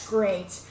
Great